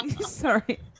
Sorry